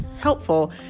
helpful